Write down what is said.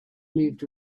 moved